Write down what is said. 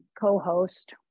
co-host